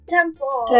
Temple